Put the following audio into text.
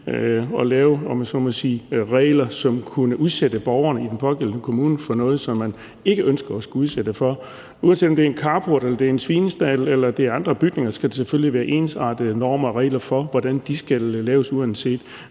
at lave regler, som kunne udsætte borgerne i den pågældende kommune for noget, som man ikke ønskede at skulle udsættes for. Uanset om det er en carport, en svinestald eller andre bygninger, skal der selvfølgelig være ensartede normer og regler for, hvordan de skal laves, uanset